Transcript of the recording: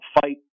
fight